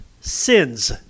sins